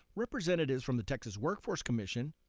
representatives from the texas workforce commission,